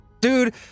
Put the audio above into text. Dude